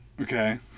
okay